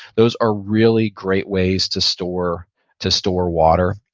those are really great ways to store to store water.